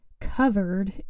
covered